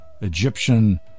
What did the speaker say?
Egyptian